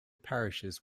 parishes